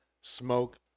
smoke